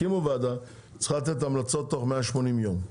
הקימו ועדה שצריכה לתת המלצות בתוך 180 ימים.